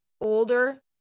older